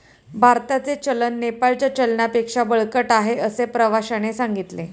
भारताचे चलन नेपाळच्या चलनापेक्षा बळकट आहे, असे प्रवाश्याने सांगितले